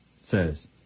says